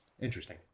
interesting